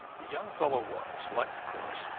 the young fellow was, like corrus,